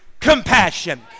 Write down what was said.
compassion